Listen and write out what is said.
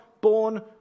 born